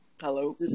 Hello